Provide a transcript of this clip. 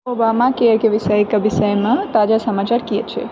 ओबामाकेयरके विषयके विषयमे ताजा समाचार की अछि